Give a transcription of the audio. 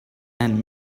and